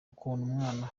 umwana